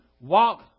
walk